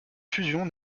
fusion